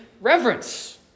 reverence